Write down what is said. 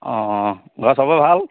ঘৰৰ চবৰে ভাল